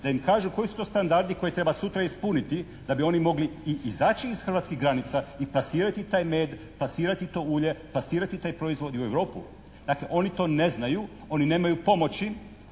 da im kažu koji su to standardi koje treba sutra ispuniti da bi oni mogli i izaći iz hrvatskih granica i plasirati taj med, plasirati to ulje, plasirati taj proizvod i u Europu. Dakle, oni to ne znaju, oni nemaju pomoći